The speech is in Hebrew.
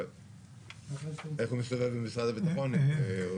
איך הוא מסתובב במשרד הביטחון אם אין לו